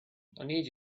need